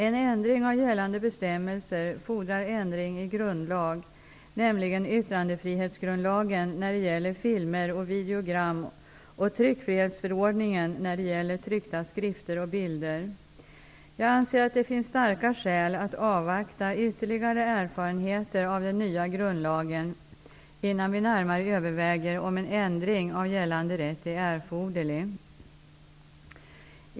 En ändring av gällande bestämmelser fordrar ändring i grundlag, nämligen yttrandefrihetsgrundlagen när det gäller filmer och videogram och tryckfrihetsförordningen när det gäller tryckta skrifter och bilder. Jag anser att det finns starka skäl att avvakta ytterligare erfarenheter av den nya grundlagen innan vi närmare överväger om en ändring av gällande rätt är erforderlig.